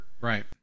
Right